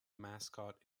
mascot